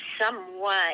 somewhat